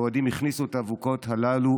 האוהדים הכניסו את האבוקות הללו,